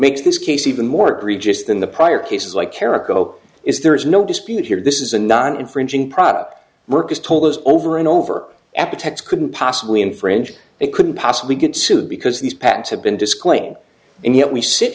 makes this case even more egregious than the prior cases like erica is there is no dispute here this is a non infringing product workers told us over and over after tax couldn't possibly infringe they couldn't possibly get sued because these patents have been disclaimed and yet we sit